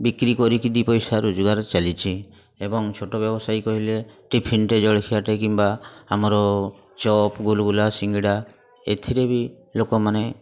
ବିକ୍ରି କରିକି ଦୁଇ ପଇସା ରୋଜଗାର ଚାଲିଛି ଏବଂ ଛୋଟ ବ୍ୟବସାୟୀ କହିଲେ ଟିଫିନ୍ଟେ ଜଳଖିଆଟେ କିମ୍ବା ଆମର ଚପ୍ ଗୁଲୁଗୁଲା ସିଙ୍ଗେଡ଼ା ଏଥିରେ ବି ଲୋକମାନେ